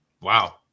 Wow